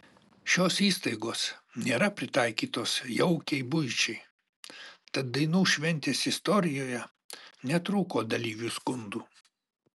šios įstaigos nėra pritaikytos jaukiai buičiai tad dainų šventės istorijoje netrūko dalyvių skundų